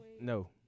No